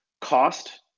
cost